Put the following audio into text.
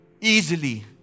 easily